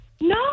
No